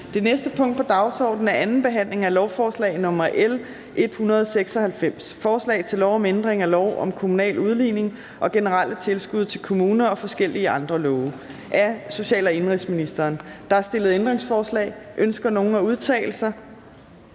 Det næste punkt på dagsordenen er: 29) 2. behandling af lovforslag nr. L 196: Forslag til lov om ændring af lov om kommunal udligning og generelle tilskud til kommuner og forskellige andre love. (Reform af udligningssystemet). Af social- og indenrigsministeren (Astrid